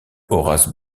horace